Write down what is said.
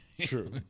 True